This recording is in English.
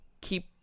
keep